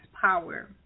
power